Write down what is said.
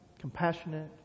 compassionate